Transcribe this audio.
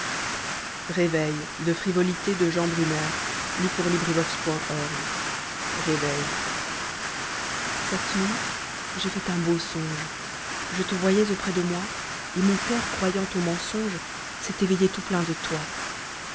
cette nuit j'ai fait un beau songe je te voyais auprès de moi et mon coeur croyant au mensonge s'est éveillé tout plein de toi